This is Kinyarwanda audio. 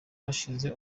hashize